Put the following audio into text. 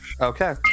Okay